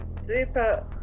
super